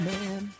Man